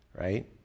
right